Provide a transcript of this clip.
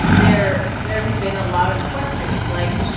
there there had been a lot of questions like,